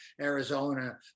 arizona